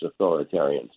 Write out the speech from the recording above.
authoritarians